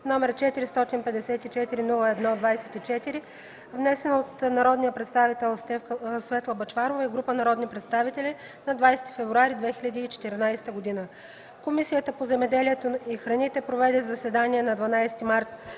№ 454-01-24, внесен от Светла Бъчварова и група народни представители на 20 февруари 2014 г. Комисията по земеделието и храните проведе заседание на 12 март